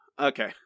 Okay